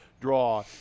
draw